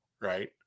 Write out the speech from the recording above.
right